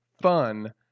fun